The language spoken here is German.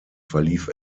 verlief